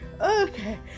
Okay